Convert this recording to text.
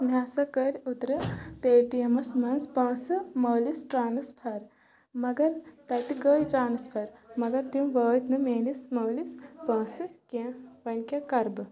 مےٚ ہَسا کٔرۍ اوٚترٕ پے ٹی اٮ۪مَس منٛز پونٛسہٕ مٲلِس ٹرٛانَسفَر مَگر تَتہِ گٔیے ٹرٛانَسفَر مَگر تِم وٲتۍ نہٕ میٲنِس مٲلِس پٲنٛسہٕ کینٛہہ وۄنۍ کیاہ کَر بہٕ